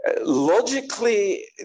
logically